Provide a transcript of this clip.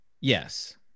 Yes